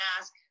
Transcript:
ask